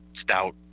stout